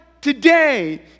today